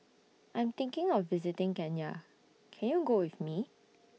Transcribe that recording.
I'm thinking of visiting Kenya Can YOU Go with Me